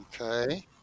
Okay